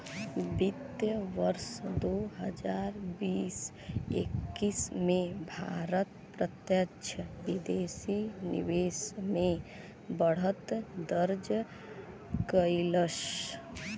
वित्त वर्ष दू हजार बीस एक्कीस में भारत प्रत्यक्ष विदेशी निवेश में बढ़त दर्ज कइलस